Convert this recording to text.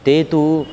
ते तु